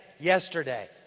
yesterday